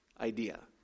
idea